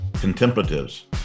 contemplatives